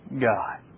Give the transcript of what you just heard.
God